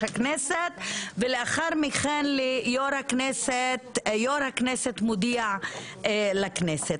הכנסת ולאחר מכן יו"ר הכנסת מודיע לכנסת.